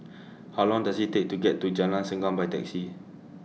How Long Does IT Take to get to Jalan Segam By Taxi